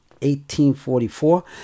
1844